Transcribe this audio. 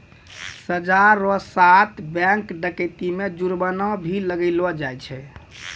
सजा रो साथ बैंक डकैती मे जुर्माना भी लगैलो जाय छै